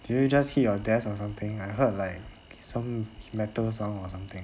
did you just hit your desk or something I heard like some metal sound or something